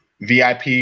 VIP